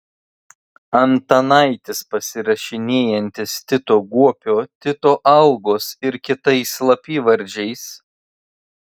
antanaitis pasirašinėjantis tito guopio tito algos ir kitais slapyvardžiais